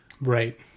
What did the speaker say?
Right